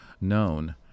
known